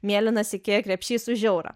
mėlynas ikea krepšys už eurą